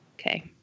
Okay